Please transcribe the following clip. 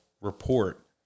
report